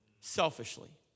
selfishly